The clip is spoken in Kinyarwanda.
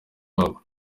babo